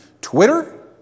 Twitter